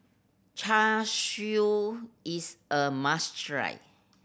Char Siu is a must try